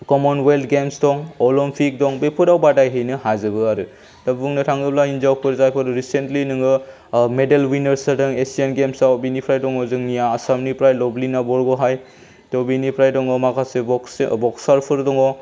Commonwealth Games दं Olympic दं बेफोराव बादायहैनो हाजोबो आरो दा बुंनो थाङोब्ला हिनजावफोर जायफोर रिसेन्टलि नोङो मेडेल विनार जादों एसियान गेम्सआव बेनिफ्राय दङ जोंनिया आसामनिफ्राय लाभलिना बरग'हाइ त' बेनिफ्राय दङ माखासेबाव बक्सारफोर दङ